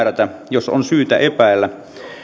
jos on syytä epäillä